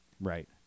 Right